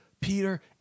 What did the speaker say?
Peter